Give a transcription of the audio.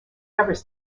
evers